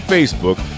Facebook